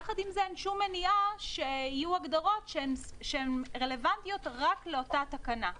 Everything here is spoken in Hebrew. יחד עם זה אין שום מניעה שיהיו הגדרות שהן רלבנטיות רק לאותה תקנה.